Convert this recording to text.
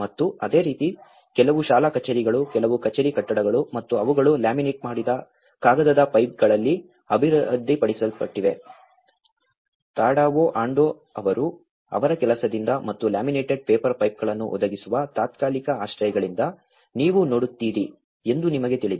ಮತ್ತು ಅದೇ ರೀತಿ ಕೆಲವು ಶಾಲಾ ಕಚೇರಿಗಳು ಕೆಲವು ಕಚೇರಿ ಕಟ್ಟಡಗಳು ಮತ್ತು ಅವುಗಳು ಲ್ಯಾಮಿನೇಟ್ ಮಾಡಿದ ಕಾಗದದ ಪೈಪ್ಗಳಲ್ಲಿ ಅಭಿವೃದ್ಧಿಪಡಿಸಲ್ಪಟ್ಟಿವೆ ತಾಡಾವೋ ಆಂಡೋ ಅವರ ಕೆಲಸದಿಂದ ಮತ್ತು ಲ್ಯಾಮಿನೇಟೆಡ್ ಪೇಪರ್ ಪೈಪ್ಗಳನ್ನು ಒದಗಿಸುವ ತಾತ್ಕಾಲಿಕ ಆಶ್ರಯಗಳಿಂದ ನೀವು ನೋಡುತ್ತೀರಿ ಎಂದು ನಿಮಗೆ ತಿಳಿದಿದೆ